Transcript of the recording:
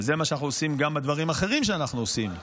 וזה מה שאנחנו עושים גם בדברים אחרים שאנחנו עושים,